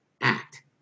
act